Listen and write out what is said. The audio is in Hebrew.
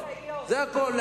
זה הכול.